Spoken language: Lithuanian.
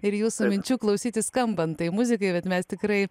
ir jūsų minčių klausytis skambant tai muzikai bet mes tikrai